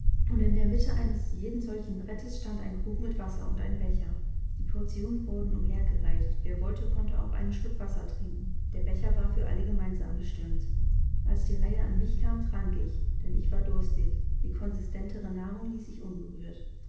und in der mitte eines jeden solchen brettes stand ein krug mit wasser und ein becher die portionen wurden umher gereicht wer wollte konnte auch einen schluck wasser trinken der becher war für alle gemeinsam bestimmt als die reihe an mich kam trank ich denn ich war durstig die konsistentere nahrung ließ ich unberührt